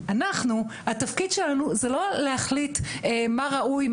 אנחנו התפקיד שלנו זה לא להחליט מה ראוי,